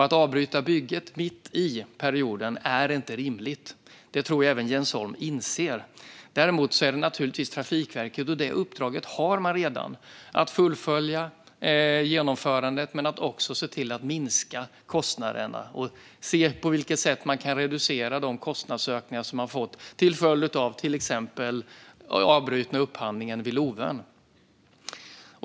Att avbryta bygget mitt i perioden är inte rimligt. Det tror jag att även Jens Holm inser. Däremot är det naturligtvis Trafikverkets uppgift, och det uppdraget har det redan, att fullfölja genomförandet men också se till att minska kostnaderna. Det handlar om att se på vilket sätt man kan reducera de kostnadsökningar som man har fått till följd av till exempel den avbrutna upphandlingen vid Lovön.